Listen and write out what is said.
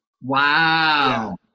Wow